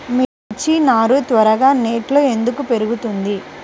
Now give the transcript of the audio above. మిర్చి నారు త్వరగా నెట్లో ఎందుకు పెరుగుతుంది?